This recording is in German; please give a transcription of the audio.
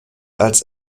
als